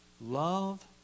Love